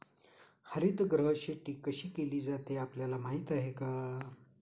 हरितगृह शेती कशी केली जाते हे आपल्याला माहीत आहे का?